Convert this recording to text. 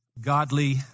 godly